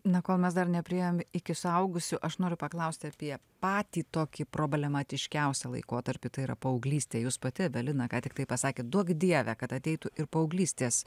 na kol mes dar nepriėjom iki suaugusių aš noriu paklaust apie patį tokį problematiškiausią laikotarpį tai yra paauglystė jūs pati evelina ką tiktai pasakėt duok dieve kad ateitų ir paauglystės